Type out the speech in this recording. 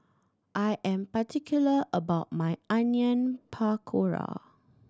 I am particular about my Onion Pakora